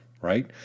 right